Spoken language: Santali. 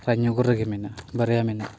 ᱨᱟᱡᱽᱱᱚᱜᱚᱨ ᱨᱮᱜᱮ ᱢᱮᱱᱟᱜᱼᱟ ᱵᱟᱨᱭᱟ ᱢᱮᱱᱟᱜᱼᱟ